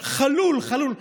חלול, חלול.